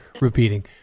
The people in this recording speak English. repeating